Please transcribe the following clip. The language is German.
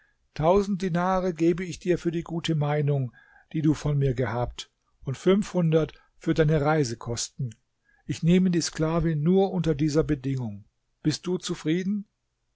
tausend dinare gebe ich dir für die gute meinung die du von mir gehabt und fünfhundert für deine reisekosten ich nehme die sklavin nur unter dieser bedingung bist du zufrieden